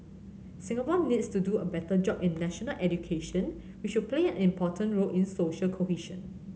Singapore needs to do a better job in national education which will play an important role in social cohesion